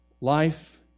Life